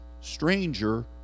stranger